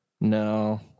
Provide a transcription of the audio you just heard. No